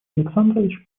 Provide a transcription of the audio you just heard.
александрович